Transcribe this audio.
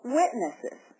witnesses